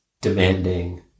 demanding